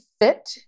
fit